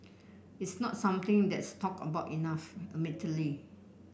it's not something that's talked about enough admittedly